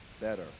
better